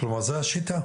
זו השיטה?